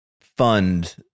fund